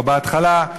או בהתחלה,